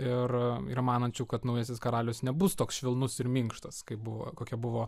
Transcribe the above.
ir yra manančių kad naujasis karalius nebus toks švelnus ir minkštas kaip buvo kokia buvo